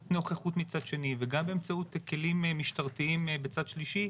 נוכחות מצד שני וגם באמצעות כלים משטרתיים בצד שלישי,